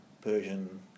Persian